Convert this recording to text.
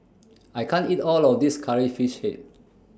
I can't eat All of This Curry Fish Head